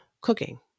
cooking